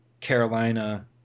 Carolina